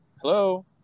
Hello